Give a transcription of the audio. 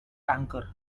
anchor